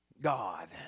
God